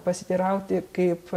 pasiteirauti kaip